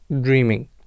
dreaming